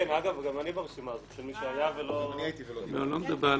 אני מדבר על